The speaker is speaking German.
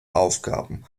aufgaben